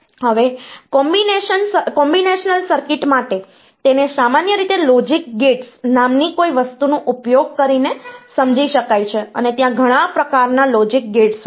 હવે combinational circuit માટે તેને સામાન્ય રીતે લોજિક ગેટ્સ નામની કોઈ વસ્તુનો ઉપયોગ કરીને સમજી શકાય છે અને ત્યાં ઘણા પ્રકારના લોજિક ગેટ્સ હોય છે